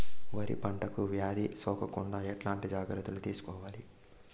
వరి పంటకు వ్యాధి సోకకుండా ఎట్లాంటి జాగ్రత్తలు తీసుకోవాలి?